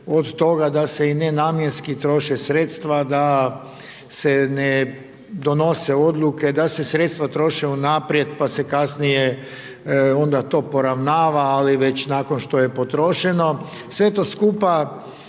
da se i nenamjenski troše sredstva, da se ne donose odluke, da se sredstva troše u naprijed, pa se kasnije onda to poravnava, ali već nakon što je potrošeno, sve to skupa